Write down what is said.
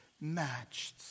matched